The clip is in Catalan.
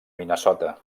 minnesota